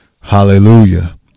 Hallelujah